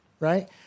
right